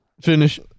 Finish